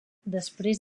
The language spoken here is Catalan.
després